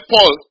Paul